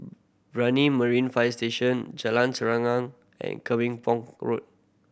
Brani Marine Fire Station Jalan Serengam and Pong Road